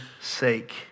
sake